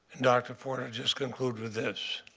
dr. ford, i just concluded this,